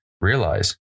realize